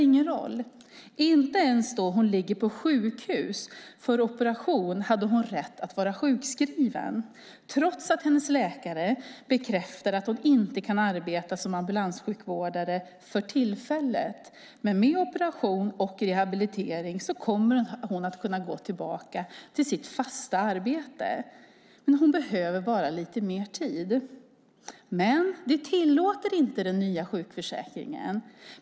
Inte ens då hon låg på sjukhus för operation hade hon rätt att vara sjukskriven trots att hennes läkare bekräftade att hon inte kunde arbeta som ambulanssjukvårdare för tillfället, men med operation och rehabilitering skulle hon kunna gå tillbaka till sitt fasta arbete. Hon behövde bara lite mer tid, men det tillåter inte den nya sjukförsäkringen.